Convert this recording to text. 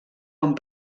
amb